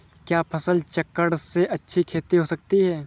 क्या फसल चक्रण से अच्छी खेती हो सकती है?